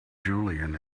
jillian